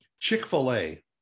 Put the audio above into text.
Chick-fil-A